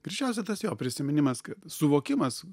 greičiausia tas jo prisiminimas kad suvokimas